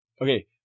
Okay